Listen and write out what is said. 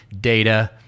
data